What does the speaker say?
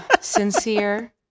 sincere